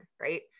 right